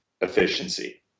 efficiency